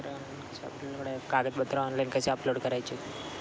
कागदपत्रे ऑनलाइन कसे अपलोड करायचे?